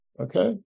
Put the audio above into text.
Okay